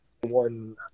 one